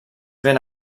ben